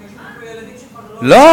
אבל יש לנו פה ילדים שכבר לא הולכים, לא.